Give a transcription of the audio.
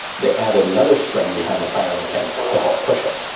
they added another spring behind the firing pin to help push it,